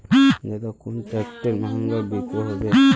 ज्यादा कुन ट्रैक्टर महंगा बिको होबे?